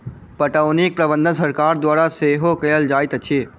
पटौनीक प्रबंध सरकार द्वारा सेहो कयल जाइत अछि